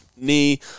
knee